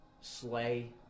Slay